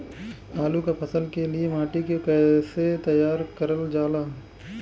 आलू क फसल के लिए माटी के कैसे तैयार करल जाला?